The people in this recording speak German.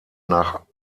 nach